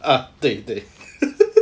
err 对对